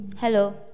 Hello